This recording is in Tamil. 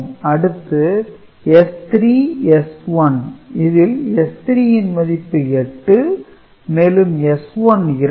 அடுத்து S3 S1 இதில் S3 ன் மதிப்பு 8 மேலும் S1 2